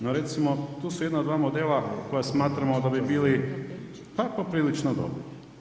No, recimo tu su jedna od dva modela koja smatramo da bi bili pa poprilično dobri.